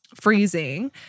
freezing